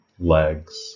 legs